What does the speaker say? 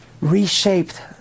reshaped